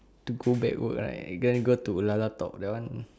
to go backward right get him go to Lalatalk that one